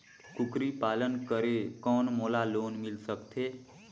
कूकरी पालन करे कौन मोला लोन मिल सकथे?